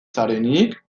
zarenik